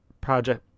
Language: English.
project